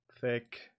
Thick